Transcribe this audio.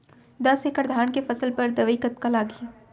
दस एकड़ धान के फसल बर दवई कतका लागही?